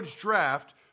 Draft